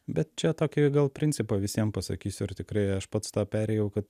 bet čia tokį gal principą visiem pasakysiu ar tikrai aš pats tą perėjau kad